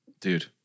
Dude